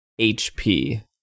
HP